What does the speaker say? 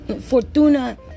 fortuna